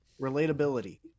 Relatability